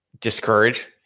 discourage